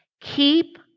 keep